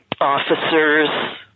officers